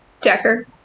decker